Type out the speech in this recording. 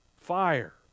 fire